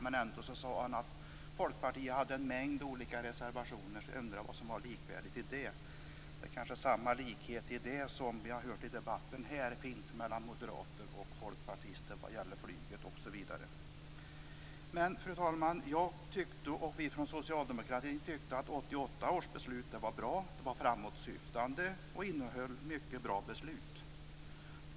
Men han sade att Folkpartiet ändå hade en mängd olika reservationer, så jag undrar vad som var likvärdigt i detta. Det kanske var samma likhet som vi i debatten har hört finns mellan moderater och folkpartister vad gäller flyget osv. Fru talman! Jag och vi socialdemokrater tyckte att 1988 års beslut var bra. Det var ett framåtsyftande och mycket bra beslut.